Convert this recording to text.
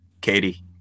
Katie